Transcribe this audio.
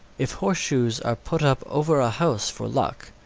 if horseshoes are put up over a house for luck,